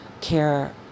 care